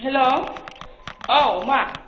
hello औ मा